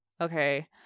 Okay